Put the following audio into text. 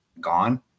gone